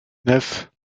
neuf